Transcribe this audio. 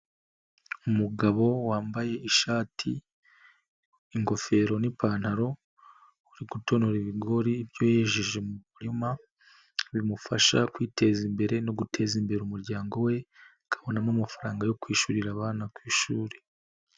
Umugabo wambaye ishati, ingofero n'ipantaro uri gutonora ibigori ibyo yijeje mu murima bimufasha kwiteza imbere no guteza imbere umuryango we, akabonamo amafaranga yo kwishyurira abana ku ishuri.